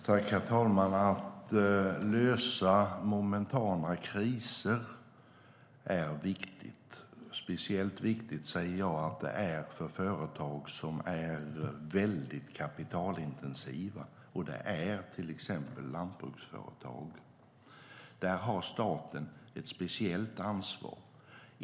Herr talman! Att lösa momentana kriser är viktigt. Speciellt viktigt säger jag att det är för företag som är väldigt kapitalintensiva, och det är till exempel lantbruksföretagen. Där har staten ett speciellt ansvar.